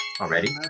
already